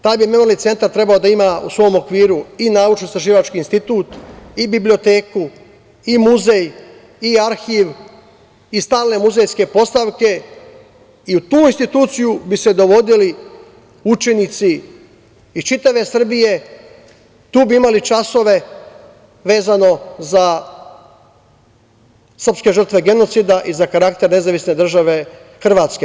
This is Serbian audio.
Taj memorijalni centar bi trebao da ima u svom okviru i naučno-istraživački institut i biblioteku i muzej i arhiv i stalne muzejske postavke i u tu instituciju bi se dovodili učenici iz čitave Srbije, tu bi imali časove vezano za srpske žrtve genocida i za karakter NDH.